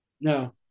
No